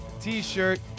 t-shirt